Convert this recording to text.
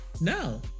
No